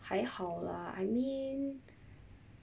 还好 lah I mean